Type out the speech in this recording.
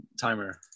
timer